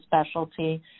specialty